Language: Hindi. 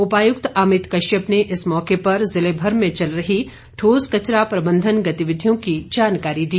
उपायुक्त अमित कश्यप ने इस मौके पर जिलेभर में चल रही ठोस कचरा प्रबंधन गतिविधियों की जानकारी दी